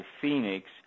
Phoenix